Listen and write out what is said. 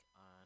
on